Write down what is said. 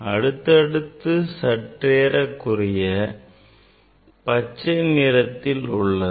அடுத்தது சற்றேறக்குறைய பச்சை நிறத்தில் உள்ளது